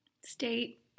state